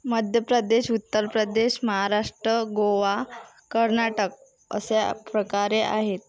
मध्यप्रदेश उत्तर प्रदेश महाराष्ट्र गोवा कर्नाटक अशाप्रकारे आहेत